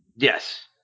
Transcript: Yes